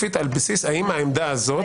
האם העמדה הזו,